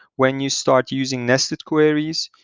when you start using nested queries,